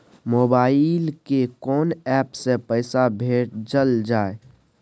Mobile के कोन app से पैसा भेजल जाए?